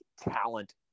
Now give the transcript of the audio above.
talent